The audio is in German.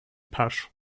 pasch